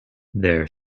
their